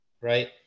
Right